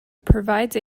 provides